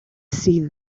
see